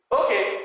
okay